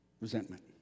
Resentment